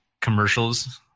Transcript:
commercials